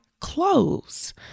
clothes